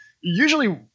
usually